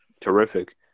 terrific